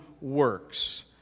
works